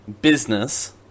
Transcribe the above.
business